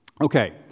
Okay